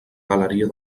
galeria